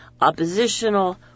oppositional